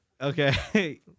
Okay